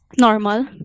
normal